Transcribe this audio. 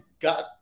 got